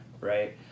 right